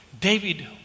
David